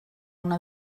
una